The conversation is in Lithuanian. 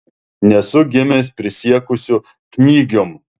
nesu gimęs prisiekusiu knygium